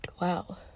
Wow